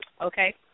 okay